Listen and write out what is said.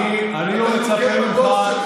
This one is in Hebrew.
עם הבוס שלך,